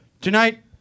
Tonight